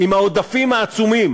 עם העודפים העצומים,